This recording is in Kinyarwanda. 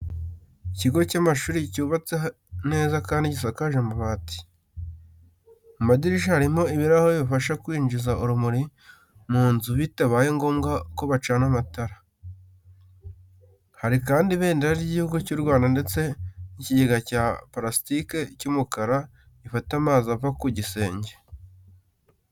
Ikigo cy'amashuri cyubatse neza kandi gisakaje amabati. Mu madirishya harimo ibirahure bifasha kwinjiza urumuri mu nzu bitabaye ngombwa ko bacana amatara. Hari kandi ibendera ry'Igihugu cy'u Rwanda ndetse n'ikigega cya purasitike cy'umukara gifata amazi ava ku gisenge.